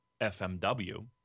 FMW